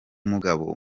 mugabo